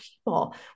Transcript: people